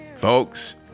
Folks